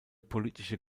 politische